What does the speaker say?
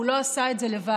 והוא לא עשה את זה לבד,